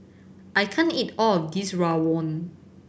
I can't eat all of this rawon